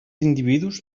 individus